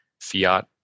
fiat